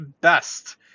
best